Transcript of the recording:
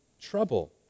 trouble